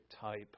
type